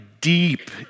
deep